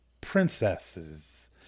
princesses